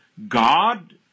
God